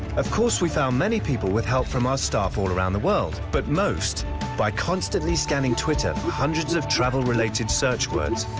of course we found many people with help from our staff all around the world, but most by constantly scanning twitter, hundreds of travel related search words.